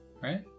right